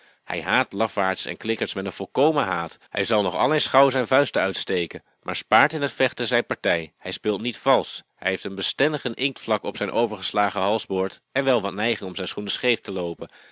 hij haat lafaards en klikkers met een volkomen haat hij zal nog al eens gauw zijn vuisten uitsteken maar spaart in t vechten zijn partij hij speelt niet valsch hij heeft een bestendigen inktvlak op zijn overgeslagen halsboord en wel wat neiging om zijn schoenen scheef te loopen